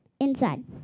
inside